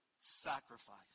sacrifice